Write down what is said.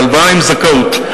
הלוואה עם זכאות,